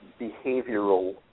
behavioral